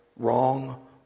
Wrong